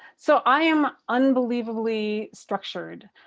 so i am unbelievably structured,